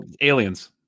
aliens